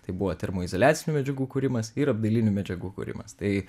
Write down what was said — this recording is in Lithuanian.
tai buvo termoizoliacinių medžiagų kūrimas ir apdailinių medžiagų kūrimas tai